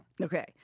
Okay